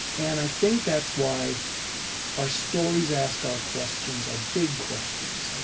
and i think that's why our stories ask our questions, our big questions, like,